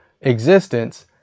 existence